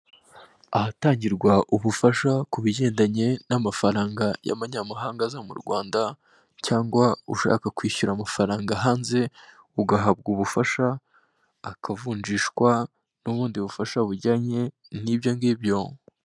Ahatangirwa ubufasha ku bigendanye n'amafaranga y'amanyamahanga aza mu Rwanda cyangwa ushaka kwishyura amafaranga hanze ugahabwa ubufasha akavunjisha n'ubundi bufasha bujyanye n'ibyo ng'ibyo.